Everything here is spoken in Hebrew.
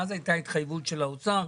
ואז הייתה התחייבות של האוצר,